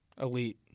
Elite